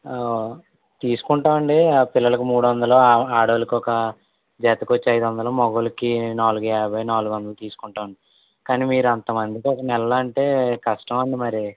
తీసుకుంటామండి పిల్లలకి మూడు వందలు ఆడవాళ్ళకొక జతకొచ్చి ఐదు వందలు మగవాళ్ళకి నాలుగు యాభై నాలుగు వందలు తీసుకుంటామండి కాని మీరు అంత మందికి ఒక నెలలో అంటే కష్టమండి మరీ